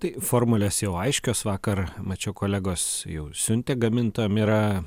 tai formulės jau aiškios vakar mačiau kolegos jau siuntė gamintojam yra